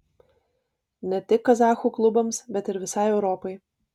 ne tik kazachų klubams bet ir visai europai